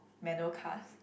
manual cars